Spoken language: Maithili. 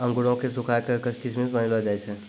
अंगूरो क सुखाय क किशमिश बनैलो जाय छै